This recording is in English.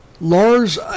Lars